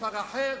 מספר אחר,